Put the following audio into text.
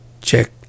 check